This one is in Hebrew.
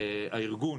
הארגון,